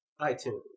itunes